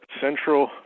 central